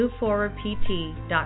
MoveForwardPT.com